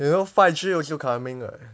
you know five G also coming right